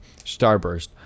Starburst